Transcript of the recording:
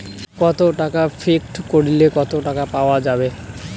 কত টাকা ফিক্সড করিলে কত টাকা পাওয়া যাবে?